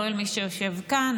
לא אל מי שיושב כאן,